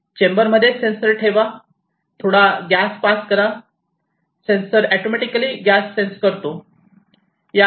चेंबरमध्ये sensor ठेवा थोडा gas pass करा सेंसर ऑटोमॅटिकली गॅस सेन्स करतो